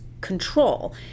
control